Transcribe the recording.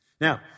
Now